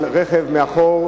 על רכב מאחור,